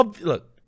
Look